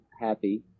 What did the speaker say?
happy